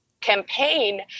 campaign